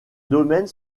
domaines